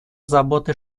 заботы